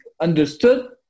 understood